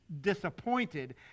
disappointed